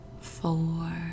four